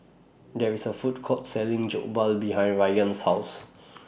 There IS A Food Court Selling Jokbal behind Rian's House